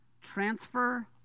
transfer